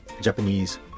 Japanese